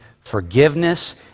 forgiveness